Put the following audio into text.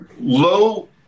low